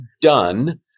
done